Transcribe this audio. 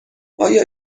آیا